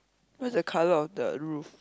what is the colour of the roof